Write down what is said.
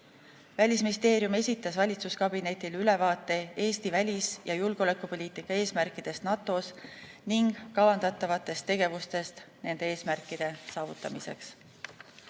riikidega. Välisministeerium esitas valitsuskabinetile ülevaate Eesti välis‑ ja julgeolekupoliitika eesmärkidest NATO‑s ning kavandatavatest tegevustest nende eesmärkide saavutamiseks.